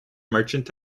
merchant